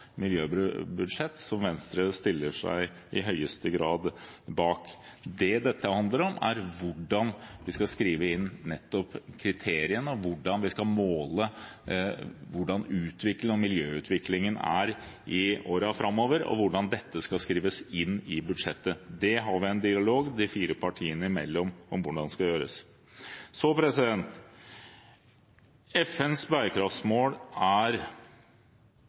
miljøbudsjett som Venstre i høyeste grad stiller seg bak. Det dette handler om, er hvordan vi skal skrive inn kriteriene, hvordan vi skal måle hvordan utviklingen og miljøutviklingen er i årene framover, og hvordan dette skal skrives inn i budsjettet. Det har vi, de fire partiene, en dialog om hvordan skal gjøres. FNs bærekraftsmål er